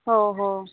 हो हो